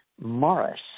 Morris